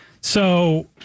So-